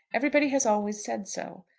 everybody has always said so.